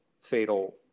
fatal